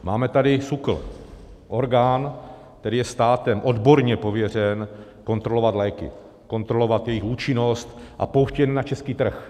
Máme tady SÚKL, orgán, který je státem odborně pověřen kontrolovat léky, kontrolovat jejich účinnost a pouštět je na český trh.